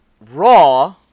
Raw